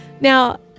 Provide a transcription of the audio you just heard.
Now